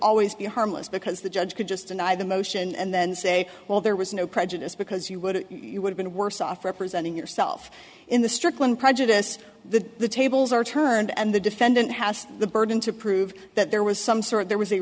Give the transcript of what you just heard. always be harmless because the judge could just deny the motion and then say well there was no prejudice because you would you would been worse off representing yourself in the strickland prejudice the tables are turned and the defendant has the burden to prove that there was some sort of there was a